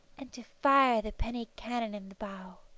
and to fire the penny cannon in the bow.